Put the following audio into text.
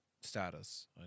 status